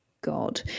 God